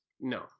No